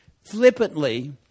flippantly